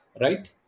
right